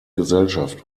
gesellschaft